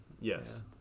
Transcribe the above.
Yes